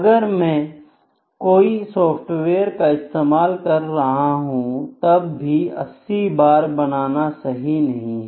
अगर मैं कोई सॉफ्टवेयर का इस्तेमाल कर रहा हूं तब भी 80 बार बनाना सही नहीं है